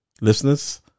Listeners